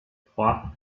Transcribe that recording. trois